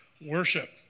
worship